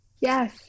Yes